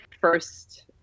first